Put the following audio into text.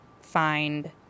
find